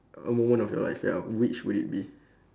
a moment of your life ya which would it be